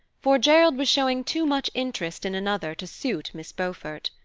for gerald was showing too much interest in another to suit miss beaufort.